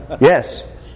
yes